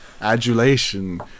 Adulation